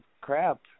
crap